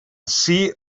see